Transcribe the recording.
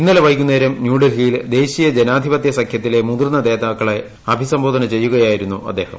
ഇന്നലെ ഏപ്പെകുന്നേരം ന്യൂഡൽഹിയിൽ ദേശീയ ജനാധിപത്യ സഖ്യത്തിലെ മുതിർന്ന് നേത്ാക്കളെ അഭിസംബോധന ചെയ്യുകയായിരുന്നു അദ്ദേഹം